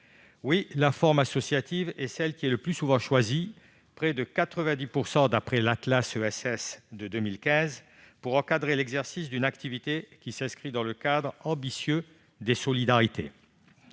Oui, la forme associative est celle qui est le plus souvent choisie- près de 90 %, d'après l'de 2015 -pour encadrer l'exercice d'une activité qui s'inscrit dans le cadre ambitieux des solidarités.